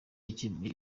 yakemuye